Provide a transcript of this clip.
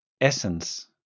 essence